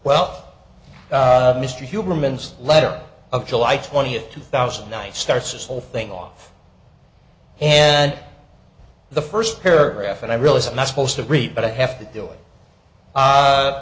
well of mr humans letter of july twentieth two thousand and nine starts this whole thing off and the first paragraph and i realize i'm not supposed to read but i have to do it